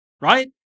right